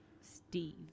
Steve